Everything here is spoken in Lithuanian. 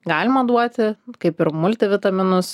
galima duoti kaip ir multivitaminus